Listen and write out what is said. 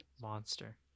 Monster